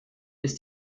ist